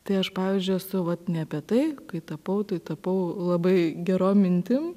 tai aš pavyzdžiui esu vat ne apie tai kai tapau tai tapau labai gerom mintim